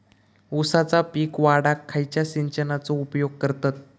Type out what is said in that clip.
ऊसाचा पीक वाढाक खयच्या सिंचनाचो उपयोग करतत?